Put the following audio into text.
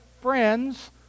friends